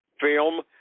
film